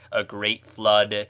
a great flood,